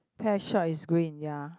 pet shop is green ya